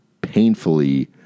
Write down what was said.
painfully